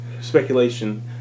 speculation